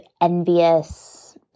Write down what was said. envious